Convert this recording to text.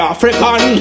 African